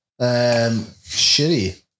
shitty